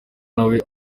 nawe